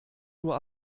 nur